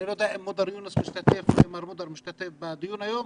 אני לא יודע אם מר מודר משתתף בדיון היום,